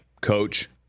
coach